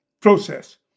process